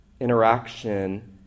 interaction